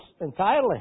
entirely